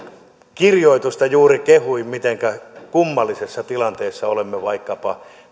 kirjoitusta siitä mitenkä kummallisessa tilanteessa olemme vaikkapa